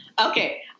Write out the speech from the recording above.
Okay